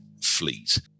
fleet